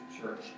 church